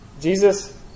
Jesus